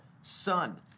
son